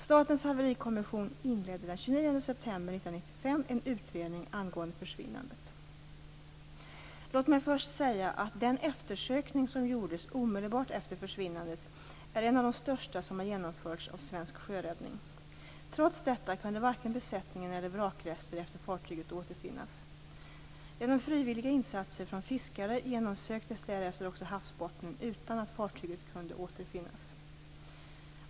Statens haverikommission inledde den 29 september 1995 en utredning angående försvinnandet. Låt mig först säga att den eftersökning som gjordes omedelbart efter försvinnandet är en av de största som har genomförts av svensk sjöräddning. Trots detta kunde varken besättningen eller vrakrester efter fartyget återfinnas. Genom frivilliga insatser från fiskare genomsöktes därefter också havsbottnen utan att fartyget kunde återfinnas.